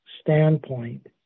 standpoint